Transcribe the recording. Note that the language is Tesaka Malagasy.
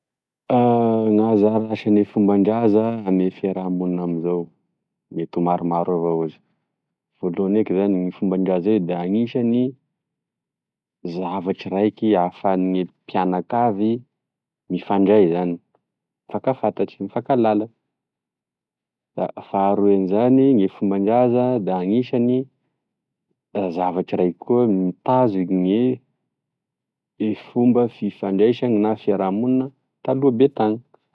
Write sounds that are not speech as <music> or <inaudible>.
<hesitation> Gn'anzara asagne fombandraza ame fiaramonina amzao mety ho maromaro avao izy voloany eky zany gne fombandraza io da anisany zavatry raiky ahafagne mpianakavy mifandray zany mifakafantatry, mifakahalala da faharoy amizany gne fombandraza da anisany zavatry raiky koa mitazo gne iny fomba fifandraisany na fiarahamonina taloha be tany.